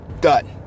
Done